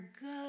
good